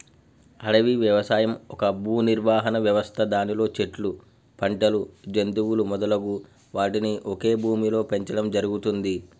అడవి వ్యవసాయం ఒక భూనిర్వహణ వ్యవస్థ దానిలో చెట్లు, పంటలు, జంతువులు మొదలగు వాటిని ఒకే భూమిలో పెంచడం జరుగుతుంది